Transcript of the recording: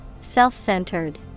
Self-centered